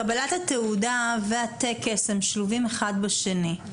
קבלת התעודה והטקס שלובים אחד בשני.